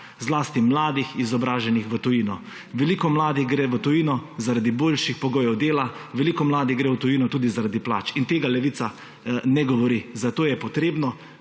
Zlasti mladih, izobraženih v tujino. Veliko mladih gre v tujino zaradi boljših pogojev dela, veliko mladih gre v tujino tudi zaradi plač in tega Levica ne govori. Zato je potrebno,